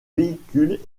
véhicules